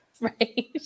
Right